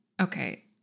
okay